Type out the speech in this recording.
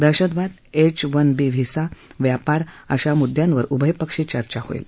दहशतवाद H one B visa व्यापार तियादी मुद्यांवर उभय पक्षी चर्चा होईल